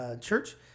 Church